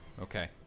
okay